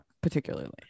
particularly